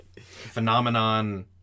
phenomenon